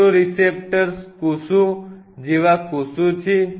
photoreceptor કોષો જેવા કોષો છે